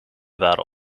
waren